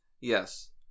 Yes